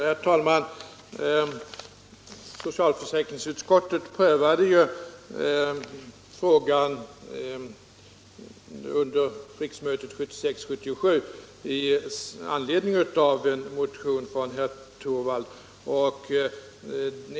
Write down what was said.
Herr talman! Socialförsäkringsutskottet prövade ju frågan under riksmötet 1976/77 i anledning av en motion från herr Torwald.